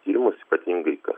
jūs ypatingai kai